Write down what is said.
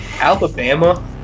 Alabama